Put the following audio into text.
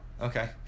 Okay